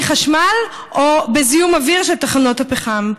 חשמל או בזיהום אוויר של תחנות הפחם.